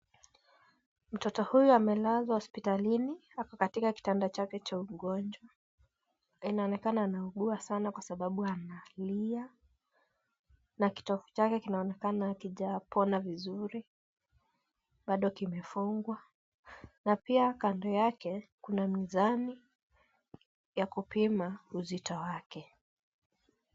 Mtoto huyu amelazwa hospitalini ako katika kitanda chake cha ugonjwa. Inaonekana ameugua sana kwa sababu analia na kitovu chake kinaonekana hakijapona vizuri bado kimefungwa na pia kando yake kuna mizani ya kupima uzito wake.